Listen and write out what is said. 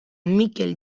mikel